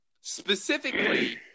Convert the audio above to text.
specifically